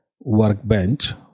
workbench